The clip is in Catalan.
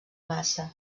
massa